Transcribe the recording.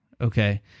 Okay